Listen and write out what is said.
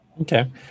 okay